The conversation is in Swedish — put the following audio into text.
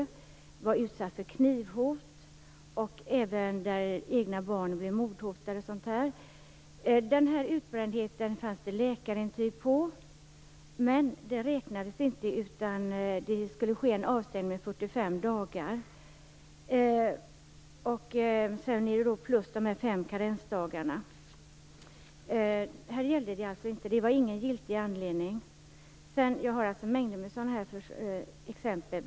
Hon var utsatt för knivhot, och även hennes egna barn blev mordhotade. Det fanns läkarintyg på denna utbrändhet, men det räknades inte, utan det skulle ske en avstängning på 45 dagar. Till detta kan man lägga de fem karensdagarna. Det var alltså ingen giltig anledning. Jag har mängder av sådana exempel.